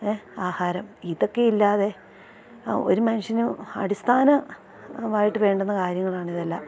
ആഹാരം ഇതൊക്കെയില്ലാതെ ഒരു മനുഷ്യന് അടിസ്ഥാന മായിട്ട് വേണ്ടുന്ന കാര്യങ്ങളാണ് ഇതെല്ലാം